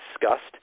discussed